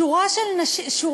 שורה של אמצעים.